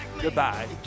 Goodbye